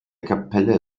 kapelle